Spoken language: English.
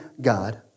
God